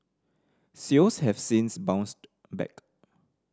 sales have since bounced back